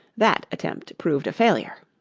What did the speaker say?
that attempt proved a failure.